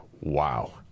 Wow